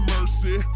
Mercy